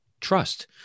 trust